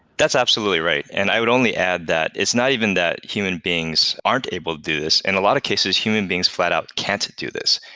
that's absolutely right, and i would only add that it's not even that human beings aren't able to do this, in a lot of cases human beings flat out can't do this.